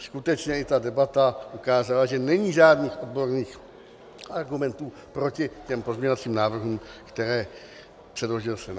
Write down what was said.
Skutečně i ta debata ukázala, že není žádných odborných argumentů proti těm pozměňovacím návrhům, které předložil Senát.